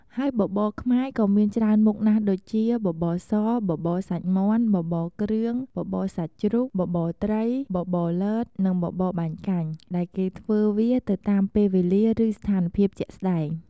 ហើយបបរខ្មែរក៏មានច្រើនមុខណាស់ដូចជា បបរស បបរសាច់មាន់ បបរគ្រឿង បបរសាច់ជ្រូក បបរត្រី បបរលត និងបបរបាញ់កាញ់ ដែលគេធ្វើវាទៅតាមពេលវេលាឬស្ថានភាពជាក់ស្តែង។